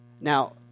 Now